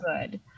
good